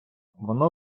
воно